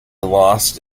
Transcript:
lost